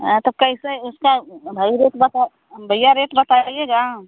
हाँ तो कैसे उसका भाई रेट बता भैया रेट बताइएगा